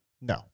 No